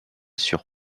sur